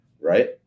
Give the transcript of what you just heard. right